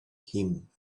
him